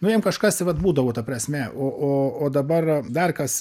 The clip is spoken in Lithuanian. nu jam kažkas vat būdavo ta prasme o o o dabar dar kas